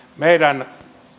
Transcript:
meidän